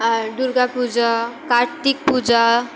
আর Durga Puja Kartik পূজা